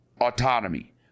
autonomy